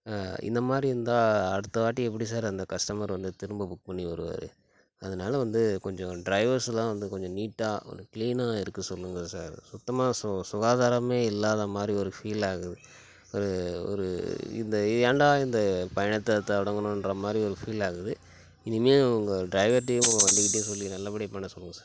இந்தமாதிரி இருந்தா அடுத்தவாட்டி எப்படி சார் அந்த கஸ்டமர் வந்து திரும்ப புக் பண்ணி வருவார் அதனால் வந்து கொஞ்சம் ட்ரைவர்ஸ் எல்லா வந்து கொஞ்சம் நீட்டாக ஒரு க்ளீனாக இருக்க சொல்லுங்கள் சார் சுத்தமாக சு சுகாதாரமே இல்லாதமாதிரி ஒரு ஃபீல் ஆகுது ஒரு ஒரு இந்த ஏன்டா இந்த பயணத்தை தொடங்குனோன்ற மாதிரி ஒரு ஃபீல் ஆகுது இனிமேல் உங்கள் ட்ரைவர்கிட்டையும் வண்டிகிட்டியும் சொல்லி நல்லபடியாக பண்ண சொல்லுங்கள் சார்